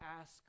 ask